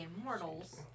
Immortals